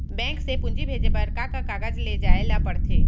Bank से पूंजी भेजे बर का का कागज ले जाये ल पड़थे?